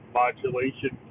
modulation